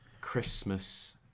Christmas